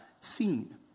seen